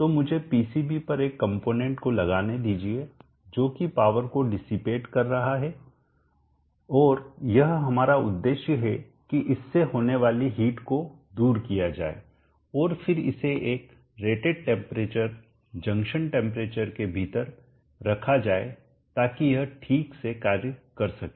तो मुझे पीसीबी पर एक कंपोनेंट को लगाने दीजिए जो कि पावर को डिसीपेट कर रहा है और यह हमारा उद्देश्य है कि इससे होने वाली हिट को दूर किया जाए और फिर इसे एक रेटेड टेंपरेचर जंक्शन टेंपरेचर के भीतर रखा जाए ताकि यह ठीक से कार्य कर सकें